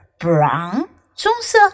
Brown,棕色